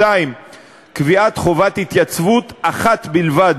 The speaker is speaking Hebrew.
2. קביעת חובת התייצבות אחת בלבד,